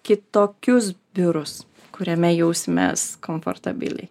kitokius biurus kuriame jausimės komfortabiliai